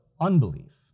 unbelief